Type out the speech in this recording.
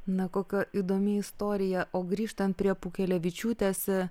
na kokia įdomi istorija o grįžtant prie pūkelevičiūtės